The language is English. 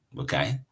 Okay